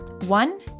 One